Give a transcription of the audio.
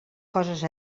coses